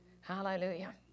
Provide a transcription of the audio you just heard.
Hallelujah